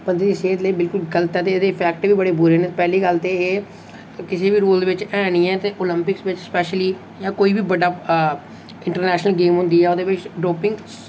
बंदे दी सेह्त लेई बिलकुल गलत ऐ ते एह्दे इफैक्ट बी बड़े बुरे न पैह्ली गल्ल ते एह् किसी बी रूल दे बिच है निं ऐन ते ओलंपिक्स बिच स्पैशली जां कोई बी बड्डा इंटरनैशनल गेम होंदी ऐ ओह्दे बिच डोपिंग